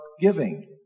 giving